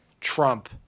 Trump